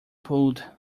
pulled